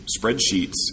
spreadsheets